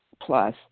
plus